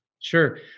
Sure